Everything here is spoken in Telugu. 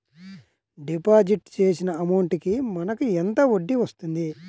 డిపాజిట్ చేసిన అమౌంట్ కి మనకి ఎంత వడ్డీ వస్తుంది?